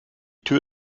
tür